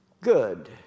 Good